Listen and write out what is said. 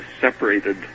separated